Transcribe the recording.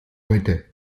heute